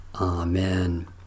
Amen